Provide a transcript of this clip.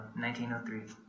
1903